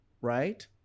Right